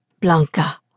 Blanca